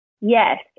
Yes